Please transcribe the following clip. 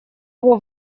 его